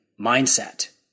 mindset